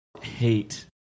hate